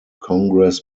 congress